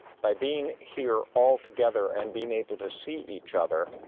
by being here all together and being able to see each other